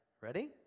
Ready